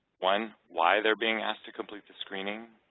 one, why they're being asked to complete the screening,